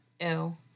Ew